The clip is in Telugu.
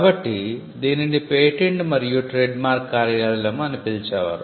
కాబట్టి దీనిని పేటెంట్ మరియు ట్రేడ్మార్క్ కార్యాలయం అని పిలిచేవారు